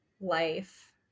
life